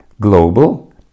global